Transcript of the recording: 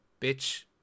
bitch